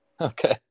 okay